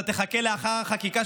אתה תחכה לאחר החקיקה,